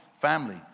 family